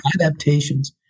adaptations